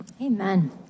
Amen